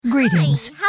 Greetings